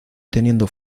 teniendo